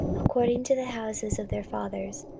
according to the houses of their fathers,